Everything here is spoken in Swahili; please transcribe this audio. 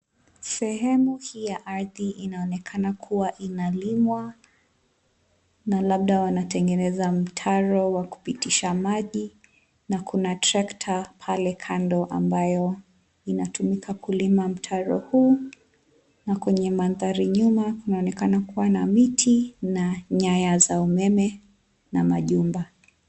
Sehemu hii ya ardhi inaonekana kuwa inalimwa na labda wanatengeneza mtaro wa kupitisha maji na kuna tractor pale kando ambayo inatumika kulima mtaro huu ,na kwenye mandhari nyuma kunaonekana kuwa na miti na nyaya za umeme na majumba.